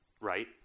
Right